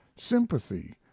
sympathy